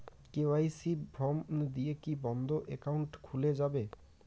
KYC form দিয়ে কি বন্ধ একাউন্ট খুলে যাবে?